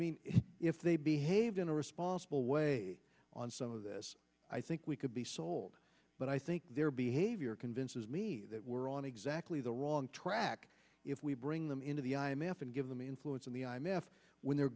mean if they behaved in a responsible way on some of this i think we could be sold but i think their behavior convinces me that we're on exactly the wrong track if we bring them into the i m f and give them the influence of the i m f when their